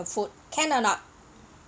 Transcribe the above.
food can or not